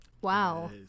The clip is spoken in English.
wow